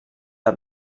del